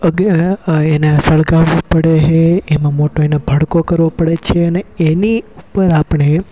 એને સળગાવવો પડે હે એમાં મોટો એનો ભડકો કરવો પડે છે અને એની ઉપર આપણે